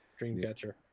Dreamcatcher